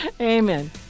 Amen